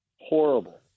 horrible